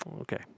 Okay